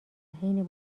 حین